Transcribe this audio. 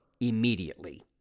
immediately